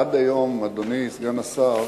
עד היום, אדוני סגן השר,